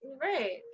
Right